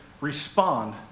respond